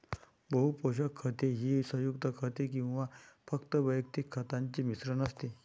बहु पोषक खते ही संयुग खते किंवा फक्त वैयक्तिक खतांचे मिश्रण असते